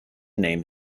name